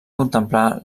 contemplar